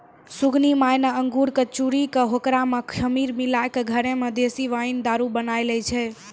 सुगनी माय न अंगूर कॅ चूरी कॅ होकरा मॅ खमीर मिलाय क घरै मॅ देशी वाइन दारू बनाय लै छै